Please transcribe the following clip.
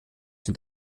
sind